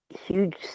huge